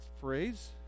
phrase